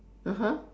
(uh huh)